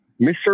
Mr